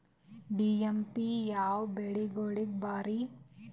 DAP ಯಾವ ಬೆಳಿಗೊಳಿಗ ಭಾರಿ?